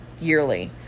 yearly